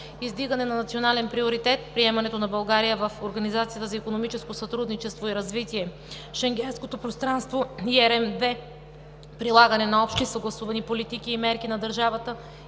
издигане на национален приоритет; приемането на България в Организацията за икономическо сътрудничество и развитие; Шенгенското пространство; ЕRМ II; прилагане на общи съгласувани политики и мерки на държавата